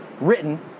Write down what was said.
written